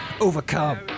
overcome